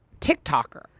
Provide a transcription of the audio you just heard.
TikToker